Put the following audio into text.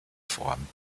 form